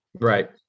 Right